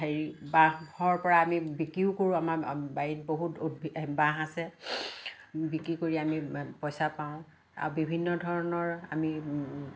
হেৰি বাঁহৰপৰা আমি বিকিও কৰোঁ আমাৰ বাৰীত বহুত বাঁহ আছে বিকি কৰি আমি পইচা পাওঁ আৰু বিভিন্ন ধৰণৰ আমি